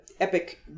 epic